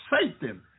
Satan